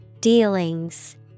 Dealings